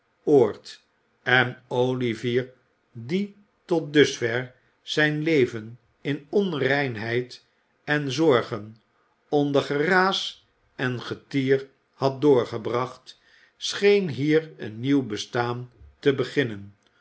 oord en olivier die tot dusver zijn leven in onreinheid en zorgen onder geraas en getier had doorgebracht scheen hier een nieuw bestaan te beginnen